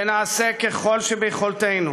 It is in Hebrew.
ונעשה כל שביכולתנו